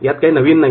यात काही नवीन नाही